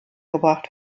gebracht